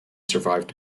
survived